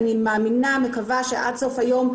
אני מאמינה ומקווה שעד סוף היום,